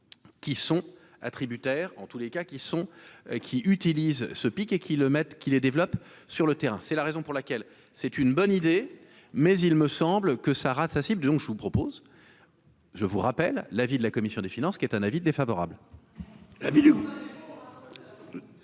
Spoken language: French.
qui sont attributaires en tous les cas qui sont qui ce pic et qui le mettent qui les développent sur le terrain, c'est la raison pour laquelle, c'est une bonne idée, mais il me semble que ça rate sa cible, donc je vous propose, je vous rappelle l'avis de la commission des finances, qui est un avis défavorable. La ville.